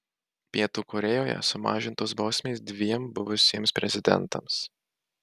pietų korėjoje sumažintos bausmės dviem buvusiems prezidentams